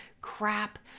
crap